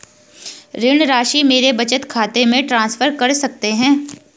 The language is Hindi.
ऋण राशि मेरे बचत खाते में ट्रांसफर कर सकते हैं?